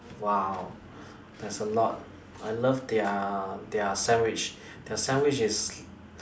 !wow! there's a lot I love their their sandwich their sandwich is